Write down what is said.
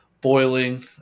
Boiling